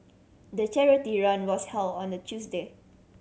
the charity run was held on a Tuesday